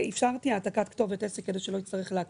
אפשרתי העתקת כתובת עסק כדי שלא יצטרך להקליד פעמיים.